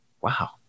wow